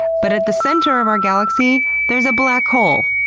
but at the centre of our galaxy, there's a black hole.